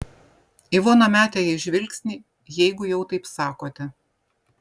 ivona metė jai žvilgsnį jeigu jau taip sakote